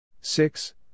Six